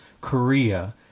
Korea